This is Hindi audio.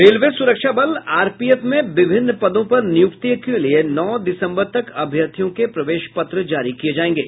रेलवे सुरक्षा बल आरपीएफ में विभिन्न पदों पर नियुक्तियों के लिए नौ दिसंबर तक अभ्यर्थियों के प्रवेश पत्र जारी किये जायेंगे